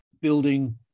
building